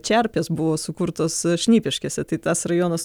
čerpės buvo sukurtos šnipiškėse tai tas rajonas